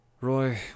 Roy